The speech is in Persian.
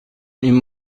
این